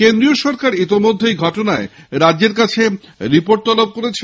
কেন্দ্রীয় সরকারও ইতিমধ্যেই ঘটনায় রাজ্যের কাছে রিপোর্ট তলব করেছে